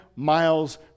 miles